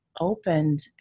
opened